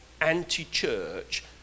anti-church